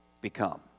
become